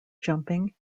jumping